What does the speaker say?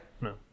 No